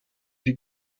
die